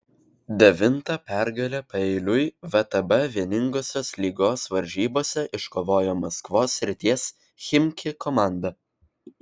devintą pergalę paeiliui vtb vieningosios lygos varžybose iškovojo maskvos srities chimki komanda